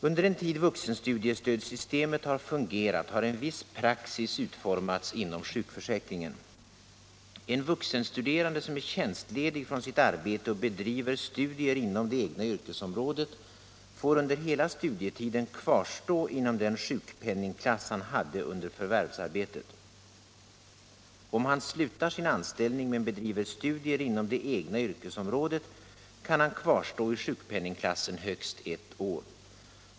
Under den tid vuxenstudiestödssystemet har fungerat har en viss praxis utformats inom sjukförsäkringen. En vuxenstuderande som är tjänstledig från sitt arbete och bedriver studier inom det egna yrkesområdet får under hela studietiden kvarstå inom den sjukpenningklass han hade under förvärvsarbetet. Om han slutar sin anställning men bedriver studier inom det egna yrkesområdet kan han kvarstå i sjukpenningklassen högst ett år.